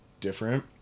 different